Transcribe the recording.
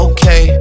Okay